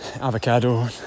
avocado